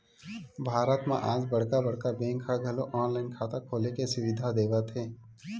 भारत म आज बड़का बड़का बेंक ह घलो ऑनलाईन खाता खोले के सुबिधा देवत हे